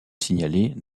signalées